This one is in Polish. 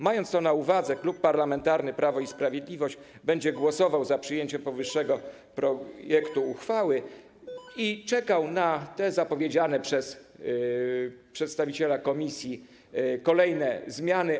Mając to na uwadze, Klub Parlamentarny Prawo i Sprawiedliwość będzie głosował za przyjęciem powyższego projektu ustawy i czekał na te zapowiedziane przez przedstawiciela komisji kolejne zmiany.